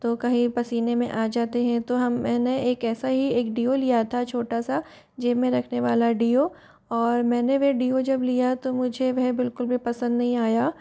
तो कहीं पसीने में आ जाते हैं तो हम मैंने एक ऐसा ही एक डिओ लिया था छोटा सा जेब में रखने वाला डिओ और मैंने वह डिओ जब लिया तो मुझे वह बिल्कुल भी पसंद नहीं आया